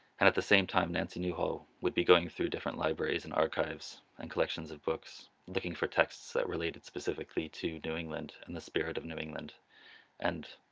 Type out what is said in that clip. and at the same time nancy newhall would be going through different libraries and archives and collections of books looking for texts that related specifically to new england and the spirit of new england and